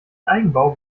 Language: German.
eigenbau